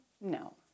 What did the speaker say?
No